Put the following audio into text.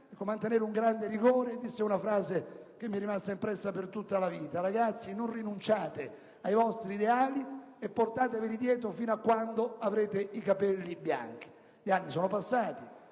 mantenere grande rigore e pronunciò una frase che mi è rimasta impressa per tutta la vita: ragazzi, non rinunciate ai vostri ideali e portateveli dietro fino a quando non avrete i capelli bianchi. Gli anni sono passati,